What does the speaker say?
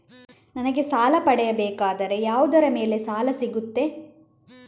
ನನಗೆ ಸಾಲ ಪಡೆಯಬೇಕಾದರೆ ಯಾವುದರ ಮೇಲೆ ಸಾಲ ಸಿಗುತ್ತೆ?